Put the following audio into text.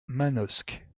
manosque